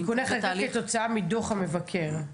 --- תיקוני חקיקה כתוצאה מדוח המבקר?